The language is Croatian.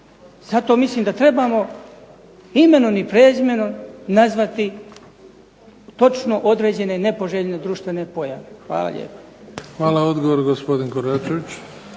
Zato mislim da trebamo imenom i prezimenom nazvati točno određene nepoželjne društvene pojave. Hvala lijepa.